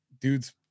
Dude's